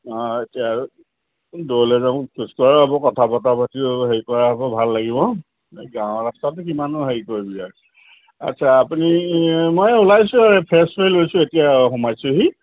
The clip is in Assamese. অঁ দূৰলৈ যাব খোজকঢ়া কথা বতৰা পাতি হেৰি কৰা হ'ব ভাল লাগিব গাঁৱৰ ৰাস্তত কিমাননো হেৰি কৰিবি আৰু আচ্ছা আপুনি মই এই ওলাইছোঁ আৰু এই ফ্ৰেছ হৈ লৈছোঁ এতিয়া সোমাইছোঁহি